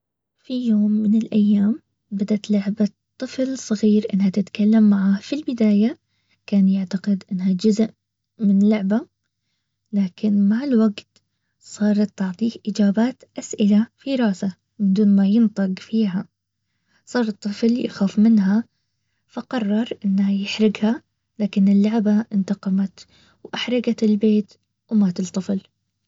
في يوم من الايام بدت لعبة طفل صغير إنها تتكلم معاه في البداية كان يعتقد انها جزء من لعبة لكن مع الوقت صارت تعطيه اجابات اسئلة في راسه بدون ما ينطق فيها هذا الطفل يخاف منها فقرر انه يخرقها لاكن اللعبه انتقمت واح قت البيت ومات الطفل